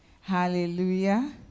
hallelujah